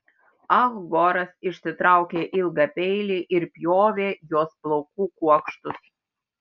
ah goras išsitraukė ilgą peilį ir pjovė jos plaukų kuokštus